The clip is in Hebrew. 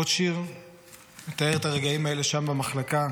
עוד שיר שמתאר את הרגעים האלה שם במחלקה,